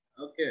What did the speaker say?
okay